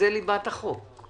ליבת החוק.